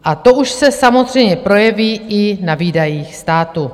A to už se samozřejmě projeví i na výdajích státu.